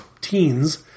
teens